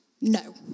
No